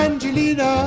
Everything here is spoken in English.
Angelina